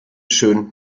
schön